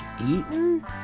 eaten